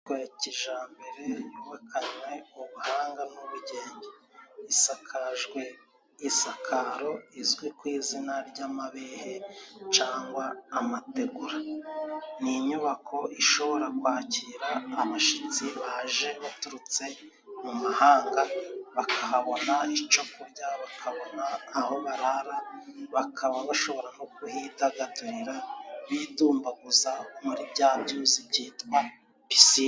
Inyubako ya kijambere yubakanywe ubuhanga n'ubugenge isakajwe isakaro rizwi ku izina ry'amabehe cangwa amategura, ni inyubako ishobora kwakira abashitsi baje baturutse mu mahanga bakahabona ico kurya ,bakabona aho barara bakaba bashobora no kuhidagadurira bidumbaguza muri bya byuzi byitwa pisine.